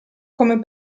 come